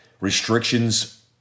restrictions